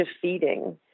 defeating